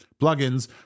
plugins